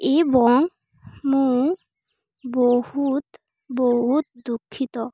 ଏବଂ ମୁଁ ବହୁତ ବହୁତ ଦୁଃଖିତ